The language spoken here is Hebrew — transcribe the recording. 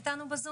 כי אנחנו בארבע